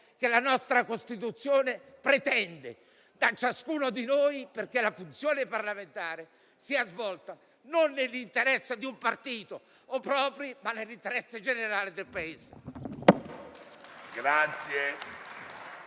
che la nostra Costituzione pretende da ciascuno di noi, perché la funzione parlamentare sia svolta non nell'interesse di un partito o personale, ma in quello generale del Paese.